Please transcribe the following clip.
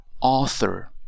Author